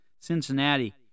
Cincinnati